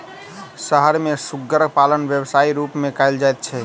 शहर मे सुग्गर पालन व्यवसायक रूप मे कयल जाइत छै